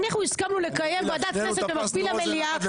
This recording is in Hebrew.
אנחנו הסכמנו לקיים ועדת כנסת במקביל למליאה.